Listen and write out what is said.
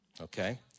Okay